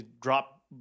drop